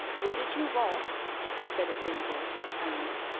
who did you woant said a thin voice from somewhere.